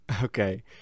Okay